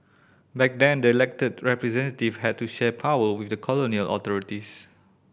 back then the elected representative had to share power with the colonial authorities